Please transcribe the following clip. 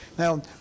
Now